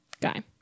guy